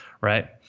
right